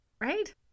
Right